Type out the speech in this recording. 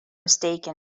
mistaken